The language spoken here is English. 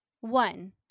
One